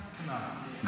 גם.